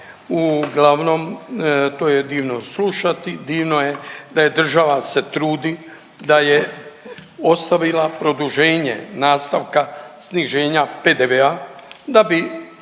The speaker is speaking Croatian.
uglavnom to je divno slušati, divno je da je država se trudi da je ostavila produženje nastavka sniženja PDV-a da bi